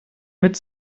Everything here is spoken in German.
mit